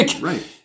Right